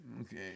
Okay